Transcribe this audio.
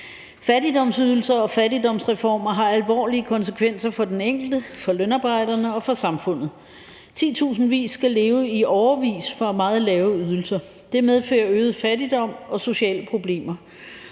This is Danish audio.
Fattigdomsydelser og fattigdomsreformer har alvorlige konsekvenser for den enkelte, for lønarbejderne og for samfundet. Titusindvis skal leve i årevis for meget lave ydelser. Det medfører øget fattigdom og sociale problemer.